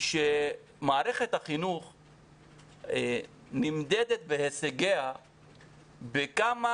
שמערכת החינוך נמדדת בהישגיה בכמה